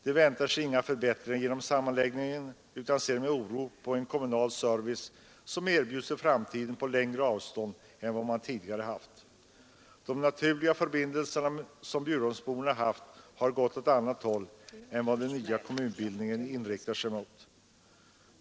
De väntar sig inga förbättringar genom sammanläggningen utan ser med oro på en kommunal service som erbjuds i framtiden på längre avstånd än vad man tidigare haft. De naturliga förbindelserna som Bjurholmsborna haft har gått åt annat håll än vad den nya kommunbildningen inriktar sig mot.